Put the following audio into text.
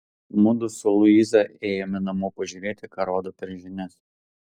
mudu su luiza ėjome namo pažiūrėti ką rodo per žinias